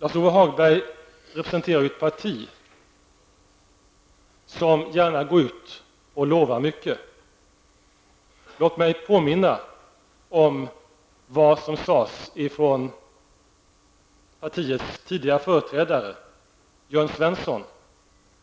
Lars-Ove Hagberg representerar ett parti som gärna lovar mycket. Låt mig påminna om vad partiets tidigare företrädare Jörn Svensson